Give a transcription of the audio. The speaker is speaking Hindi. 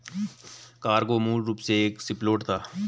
कार्गो मूल रूप से एक शिपलोड था